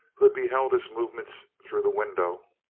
who had beheld his move ments through the window,